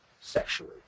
sexually